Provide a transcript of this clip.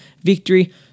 victory